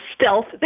stealth